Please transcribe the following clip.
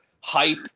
hype